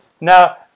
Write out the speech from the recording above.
now